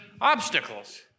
obstacles